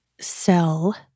sell